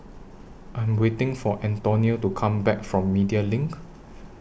I Am waiting For Antonio to Come Back from Media LINK